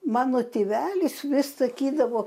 mano tėvelis vis sakydavo